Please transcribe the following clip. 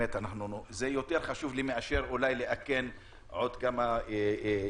זה יותר חשוב לי מאשר לאכן עוד כמה טלפונים.